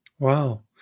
Wow